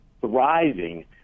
thriving